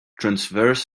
transverse